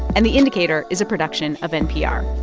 and the indicator is a production of npr